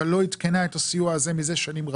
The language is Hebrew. אבל לא עדכנה את הסיוע הזה מזה שנים רבות,